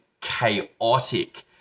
chaotic